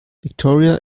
victoria